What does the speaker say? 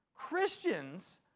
Christians